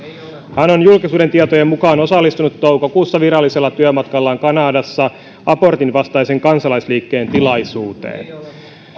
hän on julkisuuden tietojen mukaan osallistunut toukokuussa virallisella työmatkallaan kanadassa abortin vastaisen kansalaisliikkeen tilaisuuteen